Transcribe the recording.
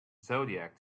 zodiac